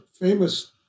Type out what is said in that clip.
famous